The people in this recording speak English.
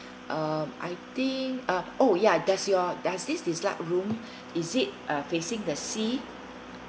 um I think uh oh ya does your does this deluxe room is it uh facing the sea